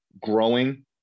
growing